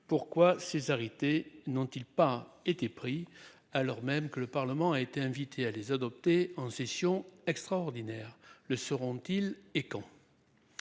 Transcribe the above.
Pourquoi ces arrêtés n'ont-ils pas été pris alors même que le Parlement a été invité à les adopter en session extraordinaire. Le seront-ils. Et quand.